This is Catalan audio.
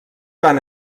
van